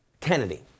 Kennedy